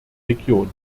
region